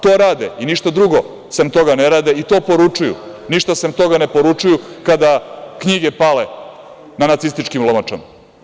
To rade i ništa drugo sem toga ne rade i to poručuju, ništa sem toga ne poručuju kada knjige pale na nacističkim lomačama.